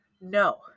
No